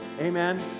Amen